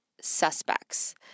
suspects